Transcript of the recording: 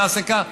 יעשה כך.